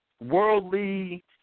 worldly